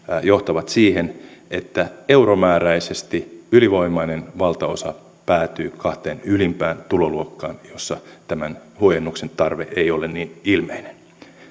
johtavat siihen että euromääräisesti ylivoimainen valtaosa päätyy kahteen ylimpään tuloluokkaan joissa tämän huojennuksen tarve ei ole niin ilmeinen